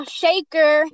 shaker